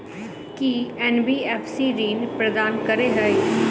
की NBFC ऋण प्रदान करे है?